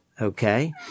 okay